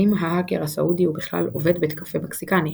האם "ההאקר הסעודי" הוא בכלל עובד בית-קפה מקסיקני?,